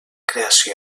creació